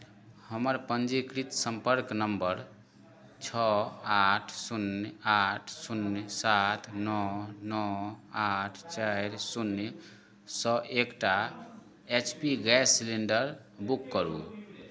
हमर पञ्जीकृत सम्पर्क नम्बर छओ आठ शून्य आठ शून्य सात नओ नओ आठ चारि शून्यसँ एकटा H P gas cylinder book करू